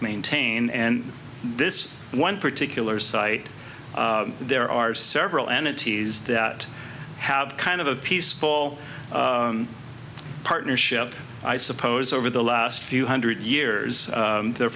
maintain and this one particular site there are several entities that have kind of a peaceful partnership i suppose over the last few hundred years